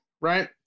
right